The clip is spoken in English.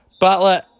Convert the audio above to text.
Butler